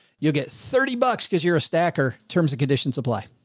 you'll get thirty bucks cause you're a stacker. terms of conditions, supply.